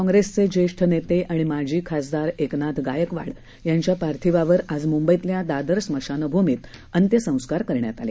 कॉंग्रेसचे ज्येष्ठ नेते आणि माजी खासदार एकनाथ गायकवाड यांच्या पार्थिवावर आज मुंबईतल्या दादर स्मशानभूमीत अंत्यसंस्कार करण्यात आले